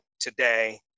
today